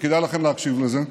וכדאי לכם להקשיב לזה,